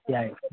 ती आहे